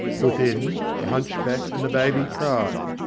within, the hunchback and the baby cried,